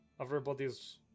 everybody's